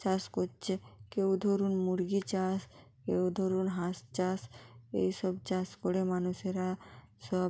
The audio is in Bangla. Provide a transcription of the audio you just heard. চাষ করছে কেউ ধরুন মুরগি চাষ কেউ ধরুন হাঁস চাষ এই সব চাষ করে মানুষেরা সব